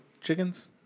chickens